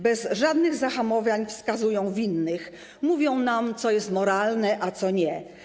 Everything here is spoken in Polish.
Bez żadnych zahamowań wskazują winnych, mówią nam, co jest moralne, a co nie.